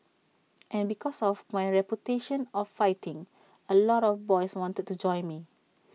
and because of my reputation of fighting A lot of boys wanted to join me